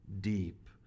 deep